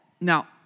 Now